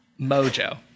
Mojo